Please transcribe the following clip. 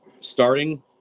starting